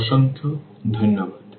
অসংখ্য ধন্যবাদ